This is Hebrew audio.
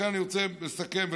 לכן אני רוצה לסכם ולומר,